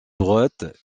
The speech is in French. droite